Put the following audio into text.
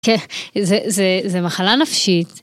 כן, זה מחלה נפשית.